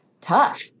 tough